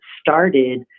started